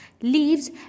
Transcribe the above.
leaves